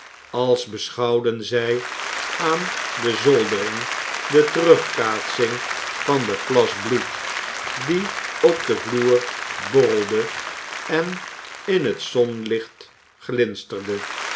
als beschouwden zij aan de zoldering de terugkaatsing van den plas bloed die op den vloer borrelde en in het zonlicht glinsterde